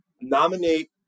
nominate